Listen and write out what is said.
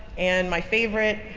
and my favorite,